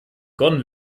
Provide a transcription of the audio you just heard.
begonnen